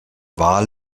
wal